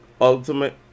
ultimate